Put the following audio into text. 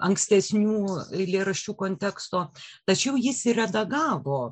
ankstesnių eilėraščių konteksto tačiau jis ir redagavo